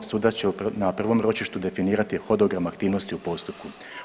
Sudac će na prvom ročištu definirati hodogram aktivnosti u postupku.